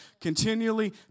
continually